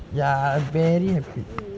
ya very happy